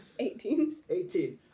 18